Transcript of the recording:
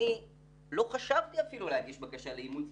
אני לא חשבתי אפילו להגיש בקשה לאימוץ,